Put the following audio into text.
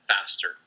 faster